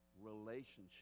relationship